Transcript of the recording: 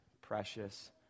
precious